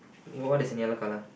what is in yellow colour